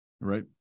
Right